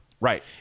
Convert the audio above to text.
Right